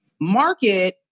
market